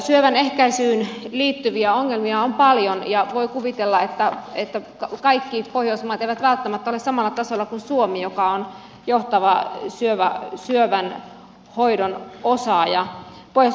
syövän ehkäisyyn liittyviä ongelmia on paljon ja voi kuvitella että kaikki pohjoismaat eivät välttämättä ole samalla tasolla kuin suomi joka on johtava syövän hoidon osaaja